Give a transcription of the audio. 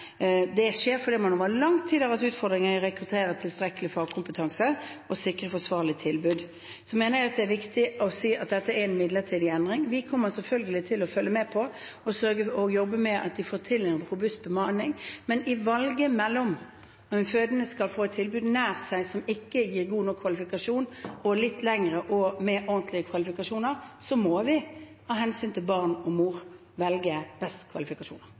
Det skjer fordi man over lang tid har hatt utfordringer med å rekruttere tilstrekkelig fagkompetanse og sikre et forsvarlig tilbud. Jeg mener det er viktig å si at dette er en midlertidig endring. Vi kommer selvfølgelig til å følge med på det og jobbe med at de får til en robust bemanning. Men i valget mellom at den fødende skal få et tilbud nær seg, men der det ikke er gode nok kvalifikasjoner, eller et tilbud litt lenger unna, men der det er ordentlige kvalifikasjoner, må vi, av hensyn til barn og mor, velge best kvalifikasjoner.